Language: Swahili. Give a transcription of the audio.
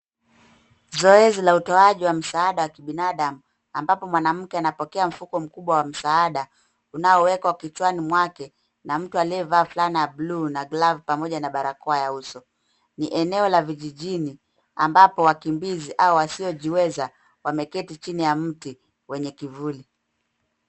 Zoezi la utoaji wa msaada wa kibinadamu ambapo mwanamke anapokea mfuko kubwa wa msaada unaowekwa kichwani mwake na mtu aliyevaa fulana ya bluu na glove pamoja na barakoa ya uso. Ni eneo la vijijini ambapo wakimbizi au wasiojiweza wameketi chini ya mti wenye kivuli.